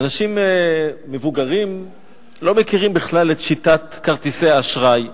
אנשים מבוגרים לא מכירים בכלל את שיטת כרטיסי האשראי.